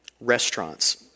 restaurants